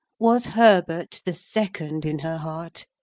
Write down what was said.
was herbert the second in her heart?